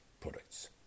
products